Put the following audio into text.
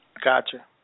Gotcha